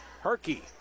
Herky